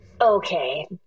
Okay